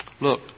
look